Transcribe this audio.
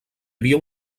havia